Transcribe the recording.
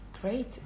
Great